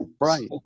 Right